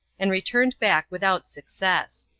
and returned back without success.